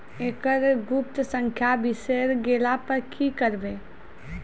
एकरऽ गुप्त संख्या बिसैर गेला पर की करवै?